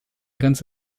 grenzt